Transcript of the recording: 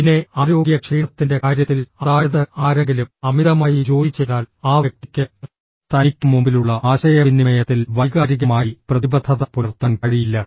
പിന്നെ ആരോഗ്യ ക്ഷീണത്തിന്റെ കാര്യത്തിൽ അതായത് ആരെങ്കിലും അമിതമായി ജോലി ചെയ്താൽ ആ വ്യക്തിക്ക് തനിക്ക് മുമ്പിലുള്ള ആശയവിനിമയത്തിൽ വൈകാരികമായി പ്രതിബദ്ധത പുലർത്താൻ കഴിയില്ല